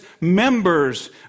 members